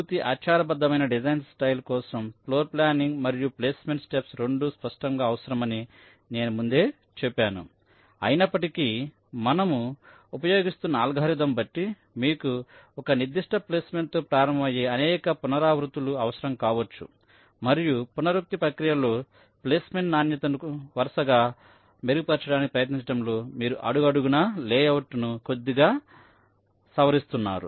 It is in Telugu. పూర్తి ఆచారబద్ధమైన డిజైన్ స్టైల్ కోసం ఫ్లోర్ ప్లానింగ్ మరియు ప్లేస్మెంట్ స్టెప్స్ రెండు స్పష్టంగా అవసరమని నేను ముందే చెప్పాను అయినప్పటి కీ మనము ఉపయోగిస్తున్న అల్గారిథం బట్టి మీకు ఒక నిర్దిష్ట ప్లేస్మెంట్తో ప్రారంభమయ్యే అనేక పునరావృత్తులు అవసరం కావచ్చు మరియు పునరుక్తి పక్రియ లో ప్లేస్మెంట్ నాణ్యతను వరుసగా మెరుగుపర్చడానికి ప్రయత్నించడంలో మీరు అడుగడుగున నా లేఅవుట్ ను కొద్దిగా సవరిస్తున్నారు